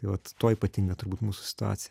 vat tuo ypatingą turbūt mūsų situacija